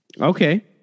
Okay